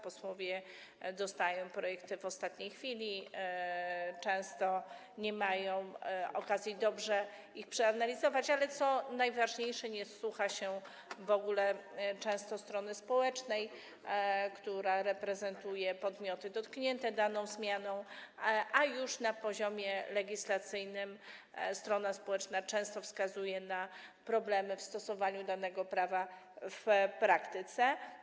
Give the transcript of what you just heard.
Posłowie dostają projekty w ostatniej chwili, często nie mają okazji dobrze ich przeanalizować, ale co najważniejsze, często nie słucha się w ogóle strony społecznej, która reprezentuje podmioty dotknięte daną zmianą, a już na poziomie legislacyjnym strona społeczna często wskazuje na problemy ze stosowaniem danego prawa w praktyce.